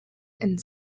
and